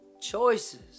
choices